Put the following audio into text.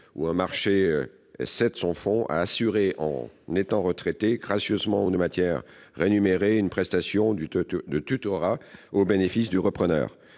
ou un marché et cède son fonds à assurer, en étant retraité, gracieusement ou de manière rémunérée, une prestation de tutorat au bénéfice du repreneur.